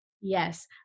Yes